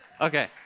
okay